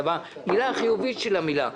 אלא במילה החיובית של המילה,